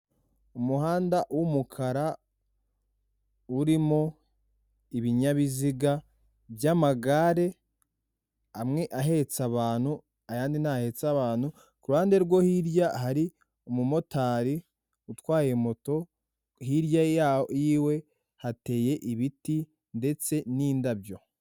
Umuhanda w'umukara urimo ibinyabiziga by'amagare, amwe ahetse abantu ayandi ntahetse abantu, ku ruhande rwo hirya hari umu motari utwaye moto hirya ya yiwe hateye ibiti ndetse n'indabyo.